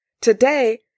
Today